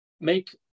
make